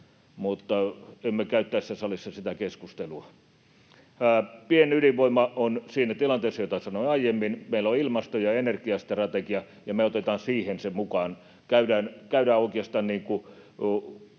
mutta emme käy tässä salissa sitä keskustelua. Pienydinvoima on siinä tilanteessa, josta sanoin aiemmin. Meillä on ilmasto‑ ja energia-strategia ja me otetaan se siihen mukaan, käydään oikeastaan,